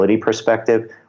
Perspective